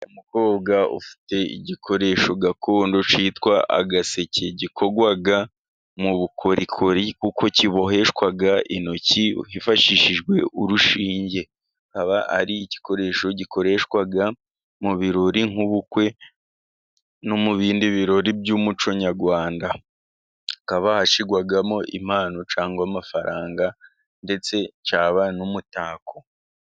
Umukobwa ufite igikoresho gakondo cyitwa agaseke, gikorwa mu bukorikori kuko kiboheshwa intoki hifashishijwe urushinge, kikaba ari igikoresho gikoreshwa mu birori nk'ubukwe no mu bindi birori by'umuco nyarwanda, kikaba gishyirwamo impano cyangwa amafaranga ndetse cyaba n'umutako.